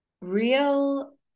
real